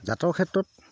জাতৰ ক্ষেত্ৰত